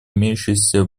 имеющихся